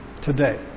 today